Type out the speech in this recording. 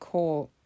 Court